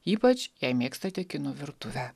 ypač jei mėgstate kinų virtuvę